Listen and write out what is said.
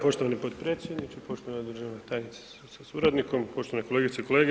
Poštovani potpredsjedniče, poštovana državna tajnice sa suradnikom, poštovane kolegice i kolege.